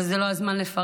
אבל זה לא הזמן לפרט,